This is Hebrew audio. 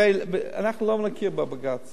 הרי אנחנו לא נכיר בבג"ץ